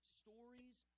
stories